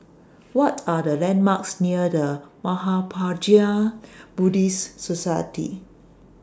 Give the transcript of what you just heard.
What Are The landmarks near The Mahaprajna Buddhist Society